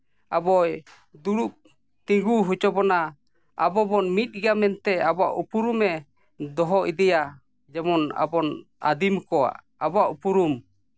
ᱟᱵᱚᱭ ᱫᱩᱲᱩᱵ ᱛᱤᱜᱩ ᱦᱚᱪᱚ ᱟᱵᱚ ᱵᱚᱱ ᱢᱤᱫ ᱜᱮᱭᱟ ᱢᱮᱱᱛᱮ ᱟᱵᱚᱣᱟᱜ ᱩᱯᱨᱩᱢᱮ ᱫᱚᱦᱚ ᱤᱫᱤᱭᱟ ᱡᱮᱢᱚᱱ ᱟᱵᱚ ᱟᱹᱫᱤᱢ ᱠᱚᱣᱟᱜ ᱟᱵᱚᱣᱟᱜ ᱩᱯᱨᱩᱢ